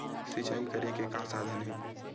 सिंचाई करे के का साधन हे?